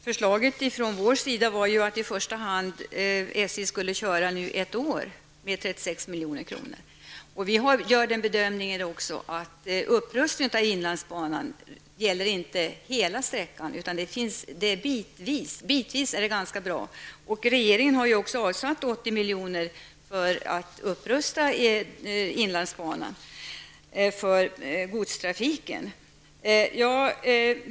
Herr talman! Vårt förslag var ju att SJ i första hand skulle köra ett år med 36 milj.kr. Vi gör även den bedömningen att upprustningen av inlandsbanan inte behöver gälla hela sträckan, utan bara bitvis. Bitvis är den ganska bra. Regeringen har ju också avsatt 80 miljoner för att upprusta inlandsbanan för godstrafiken.